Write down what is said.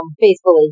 faithfully